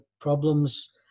problems